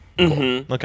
Okay